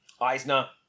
Eisner